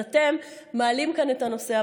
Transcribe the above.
אז אתם מעלים כאן את הנושא,